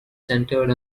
centred